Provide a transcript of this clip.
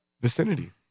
vicinity